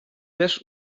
też